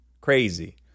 Crazy